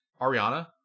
Ariana